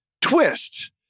twist